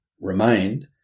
remained